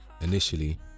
Initially